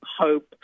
hope